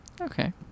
Okay